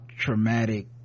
traumatic